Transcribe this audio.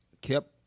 kept